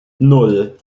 nan